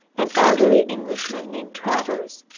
an elderly englishman named travers.